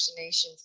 vaccinations